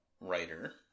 writer